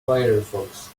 firefox